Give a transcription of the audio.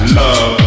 love